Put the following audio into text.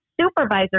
supervisor